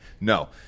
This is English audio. No